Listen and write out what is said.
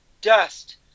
dust